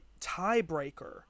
tiebreaker